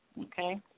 Okay